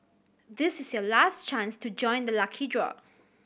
this is your last chance to join the lucky draw